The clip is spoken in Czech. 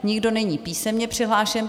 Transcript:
Nikdo není písemně přihlášen.